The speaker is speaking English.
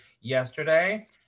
Yesterday